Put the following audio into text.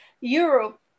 Europe